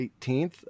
18th